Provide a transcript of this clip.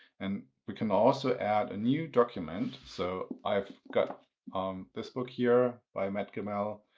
and we can also add a new document. so i've got um this book here by matt gemmell.